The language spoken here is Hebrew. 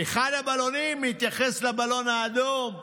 באחד הבלונים התייחס לבלון האדום,